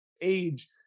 age